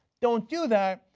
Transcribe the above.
don't do that.